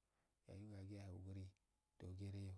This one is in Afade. dahi yaggiyahe ugirii gereyo.